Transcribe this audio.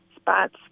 spots